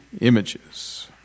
images